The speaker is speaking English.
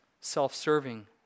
self-serving